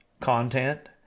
content